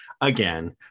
again